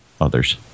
others